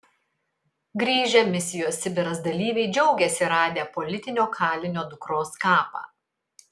grįžę misijos sibiras dalyviai džiaugiasi radę politinio kalinio dukros kapą